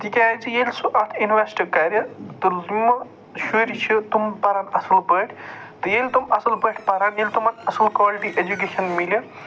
تِکیٛازِ ییٚلہِ سُہ اَتھ اِنویسٹ کَرِ تہٕ یِمہٕ شُرۍ چھِ تِم پرَن اَصٕل پٲٹھۍ تہٕ ییٚلہِ تٔمۍ اَصٕل پٲٹھۍ پَرَن ییٚلہِ تِمَن اَصٕل کالٹی ایجُوکٮ۪شَن میلہِ